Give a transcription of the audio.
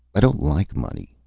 i don't like money.